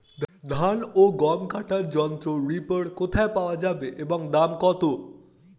ধান ও গম কাটার যন্ত্র রিপার কোথায় পাওয়া যাবে এবং দাম কত?